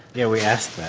yeah, we asked that.